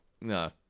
No